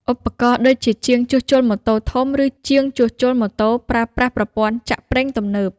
ឧទាហរណ៍ដូចជាជាងជួសជុលម៉ូតូធំ ឬជាងជួសជុលម៉ូតូប្រើប្រាស់ប្រព័ន្ធចាក់ប្រេងទំនើប។